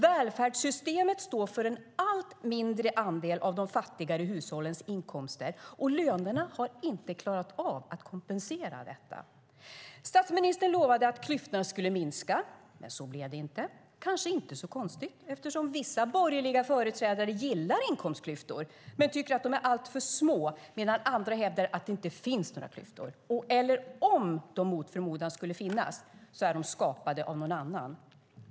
Välfärdssystemet står för en allt mindre andel av de fattigare hushållens inkomster, och lönerna har inte klarat av att kompensera detta. Statsministern lovade att klyftorna skulle minska. Men så blev det inte. Det är kanske inte så konstigt eftersom vissa borgerliga företrädare gillar inkomstklyftor men tycker att de är alltför små, medan andra hävdar att det inte finns några klyftor. Och om de mot förmodan skulle finnas är de skapade av någon annan.